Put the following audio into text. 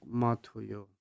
matuyo